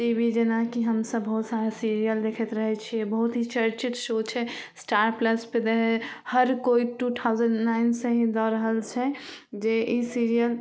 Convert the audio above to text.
T V जेनाकि हमसभ बहुत सारा सिरिअल देखैत रहै छिए बहुत ही चर्चित शो छै स्टार प्लसपर दै हइ हर कोइ टू थाउजेण्ड नाइन से ही दऽ रहल छै जे ई सिरिअल